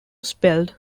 spelled